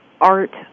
art